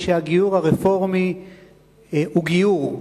שהגיור הרפורמי הוא גיור,